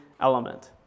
element